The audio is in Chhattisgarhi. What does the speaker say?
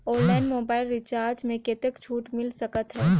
ऑनलाइन मोबाइल रिचार्ज मे कतेक छूट मिल सकत हे?